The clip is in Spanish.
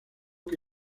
que